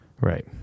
Right